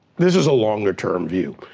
this is a longer term view.